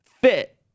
fit